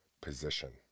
position